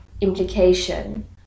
implication